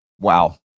wow